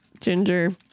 Ginger